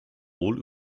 wohl